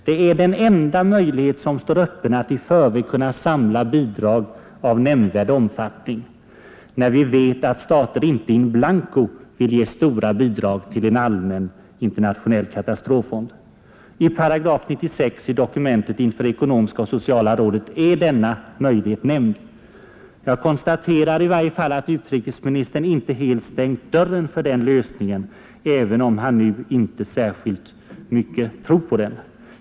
Detta är den enda möjlighet som står öppen att i förväg samla bidrag av nämnvärd omfattning, när vi vet att stater inte in blanco vill ge stora bidrag till en allmän internationell katastroffond. I § 96 i dokumentet inför ekonomiska och sociala rådet är denna möjlighet nämnd. Jag konstaterar i varje fall att utrikesministern inte helt stängt dörren för den lösningen, även om han nu inte särskilt mycket tror på den.